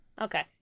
Okay